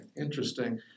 interesting